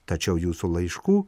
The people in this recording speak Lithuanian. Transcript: tačiau jūsų laiškų